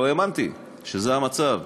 לא האמנתי שזה המצב.